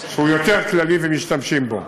שהוא יותר כללי ומשתמשים בו.